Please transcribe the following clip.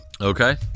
Okay